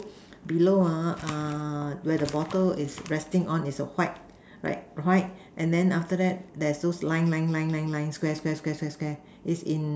below ah uh where the bottle is resting on is a white like white and then after that there's those line line line line line Square Square Square Square Square is in